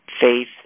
Faith